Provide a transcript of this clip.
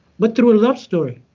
but through a love story.